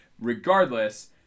Regardless